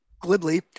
glibly